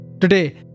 Today